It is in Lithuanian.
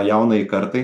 jaunajai kartai